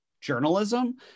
journalism